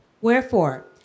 Wherefore